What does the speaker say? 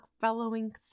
following